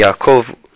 Yaakov